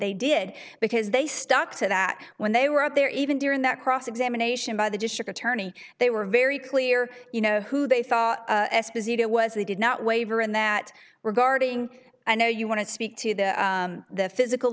they did because they stuck to that when they were out there even during that cross examination by the district attorney they were very clear you know who they thought esposito was they did not waver in that regarding i know you want to speak to the the physical